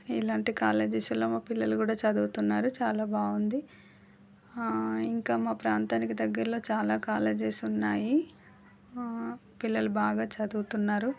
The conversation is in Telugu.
ఇలాంటి కాలేజీస్లో మా పిల్లలు కూడా చదువుతున్నారు చాలా బాగుంది ఇంకా మా ప్రాంతానికి దగ్గరలో చాలా కాలేజెస్ ఉన్నాయి పిల్లలు బాగా చదువుతున్నారు